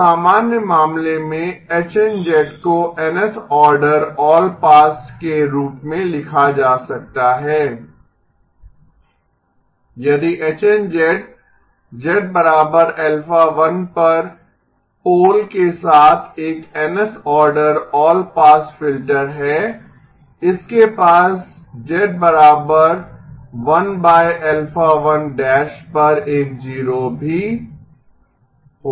तो सामान्य मामले में HN को Nth ऑर्डर ऑलपास के रूप में लिखा जा सकता है यदि HN z α1 पर पोल के साथ एक Nth order all pass filter है इसके पास पर एक जीरो भी होगा